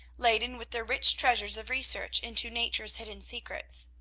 laden with their rich treasures of research into nature's hidden secrets.